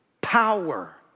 power